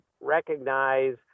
recognize